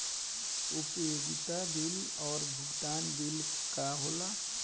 उपयोगिता बिल और भुगतान बिल का होला?